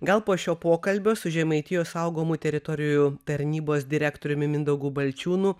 gal po šio pokalbio su žemaitijos saugomų teritorijų tarnybos direktoriumi mindaugu balčiūnu